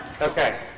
Okay